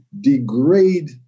degrade